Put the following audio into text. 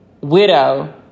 widow